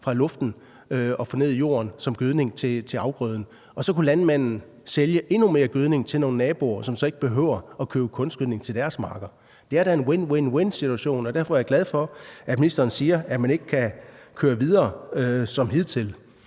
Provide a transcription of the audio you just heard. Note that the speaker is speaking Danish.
fra luften og få ned i jorden som gødning til afgrøden. Så kunne landmanden sælge endnu mere gødning til nogle naboer, som så ikke behøver at købe kunstgødning til deres marker. Det er da en win-win-win-situation. Derfor er jeg glad for, at ministeren siger, at man ikke kan køre videre som hidtil.